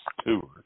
steward